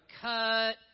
cut